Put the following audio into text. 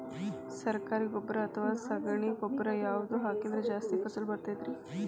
ಸರಕಾರಿ ಗೊಬ್ಬರ ಅಥವಾ ಸಗಣಿ ಗೊಬ್ಬರ ಯಾವ್ದು ಹಾಕಿದ್ರ ಜಾಸ್ತಿ ಫಸಲು ಬರತೈತ್ರಿ?